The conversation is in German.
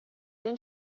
den